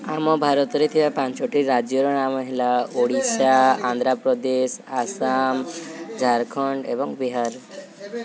ଆମ ଭାରତରେ ଥିବା ପାଞ୍ଚଟି ରାଜ୍ୟର ନାମ ହେଲା ଓଡ଼ିଶା ଆନ୍ଧ୍ରପ୍ରଦେଶ ଆସାମ ଝାରଖଣ୍ଡ ଏବଂ ବିହାର